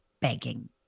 begging